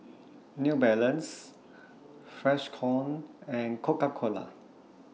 New Balance Freshkon and Coca Cola